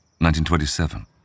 1927